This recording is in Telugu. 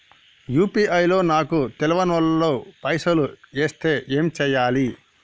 యూ.పీ.ఐ లో నాకు తెల్వనోళ్లు పైసల్ ఎస్తే ఏం చేయాలి?